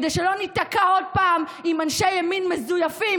כדי שלא ניתקע עוד פעם עם אנשי ימין מזויפים